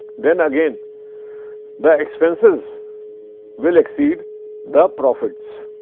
then again the expenses will exceed the profits